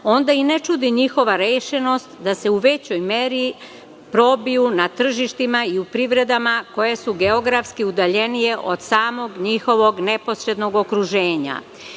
onda i ne čudi njihova rešenost da se u većoj meri probiju na tržištima i u privredama koje su geografski udaljenije od samog njihovog neposrednog okruženja. Imajući